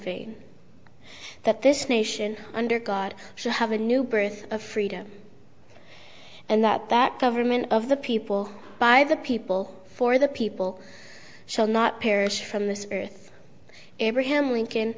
vain that this nation under god shall have a new birth of freedom and that that government of the people by the people for the people shall not perish from this earth abraham lincoln